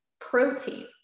protein